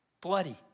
bloody